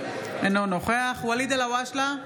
אינו נוכח ואליד אלהואשלה,